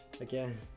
again